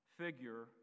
figure